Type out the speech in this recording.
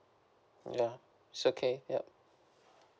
ya is okay yup